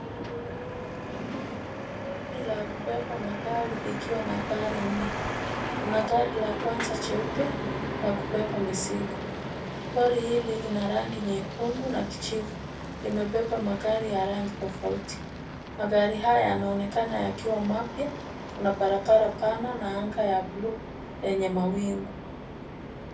Lori la kubeba magari likiwa na gari nne, kuna gari la kwanza jeupe la kubeba mizigo, lori hili lina rangi nyekundu na kijivu, limebeba magari ya rangi tofauti, magari haya yanaonekana yakiwa mapya, kuna barabara pana na anga ya bluu yenye mawingu.